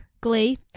glee